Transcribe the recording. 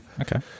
Okay